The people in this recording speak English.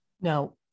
Now